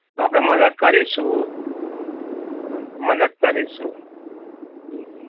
તો આપણે મદદ કરીશું મદદ કરીશું હમ હમ